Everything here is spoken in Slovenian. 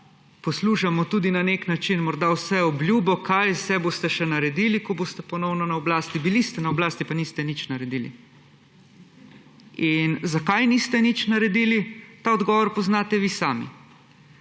poslušamo tudi na nek način morda obljubo, kaj vse boste še naredili, ko boste ponovno na oblasti. Bili ste na oblasti, pa niste nič naredili. Zakaj niste nič naredili? Ta odgovor poznate vi sami.